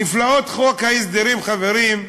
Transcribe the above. נפלאות חוק ההסדרים, חברים,